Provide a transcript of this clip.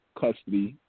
custody